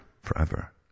forever